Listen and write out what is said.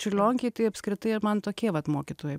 čiurlionkėj tai apskritai man tokie vat mokytojai